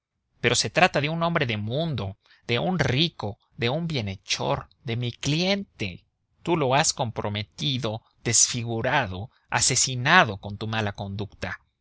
pero se trata de un hombre de mundo de un rico de tu bienhechor de mi cliente tú lo has comprometido desfigurado asesinado con tu mala conducta